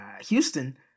Houston